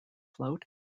float